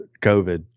COVID